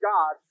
God